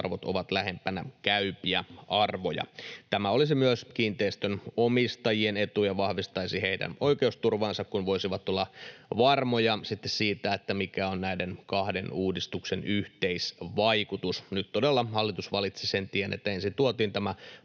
arvot ovat lähempänä käypiä arvoja. Tämä olisi myös kiinteistön omistajien etu ja vahvistaisi heidän oikeusturvaansa, kun he voisivat olla varmoja siitä, mikä on näiden kahden uudistuksen yhteisvaikutus. Nyt todella hallitus valitsi sen tien, että ensin tuotiin tänne